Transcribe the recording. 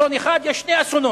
אסון אחד, יש שני אסונות,